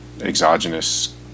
exogenous